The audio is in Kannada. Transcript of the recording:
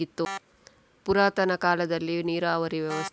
ಪುರಾತನ ಕಾಲದಲ್ಲಿ ನೀರಾವರಿ ವ್ಯವಸ್ಥೆ ಹೇಗಿತ್ತು?